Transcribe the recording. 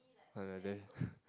then